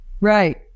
Right